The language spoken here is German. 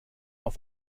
auf